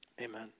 amen